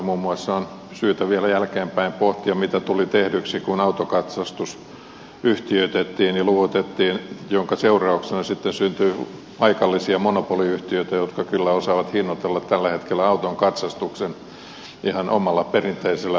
muun muassa on syytä vielä jälkeenpäin pohtia mitä tuli tehdyksi kun autokatsastus yhtiöitettiin ja luovutettiin minkä seurauksena sitten syntyi paikallisia monopoliyhtiöitä jotka kyllä osaavat hinnoitella tällä hetkellä auton katsastuksen ihan omilla perinteisillä monopolistiyhtiön tavoilla